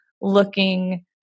looking